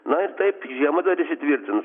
na ir taip žiema dar įsitvirtins